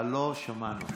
אבל לא שמענו טוב.